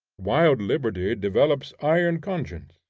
wild liberty develops iron conscience.